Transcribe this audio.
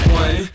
one